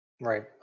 Right